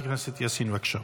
חברת הכנסת יאסין, בבקשה.